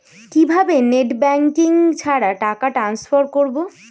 কিভাবে net banking ছাড়া টাকা টান্সফার করব?